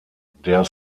der